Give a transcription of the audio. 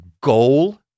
goal